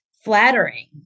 Flattering